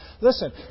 Listen